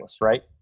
right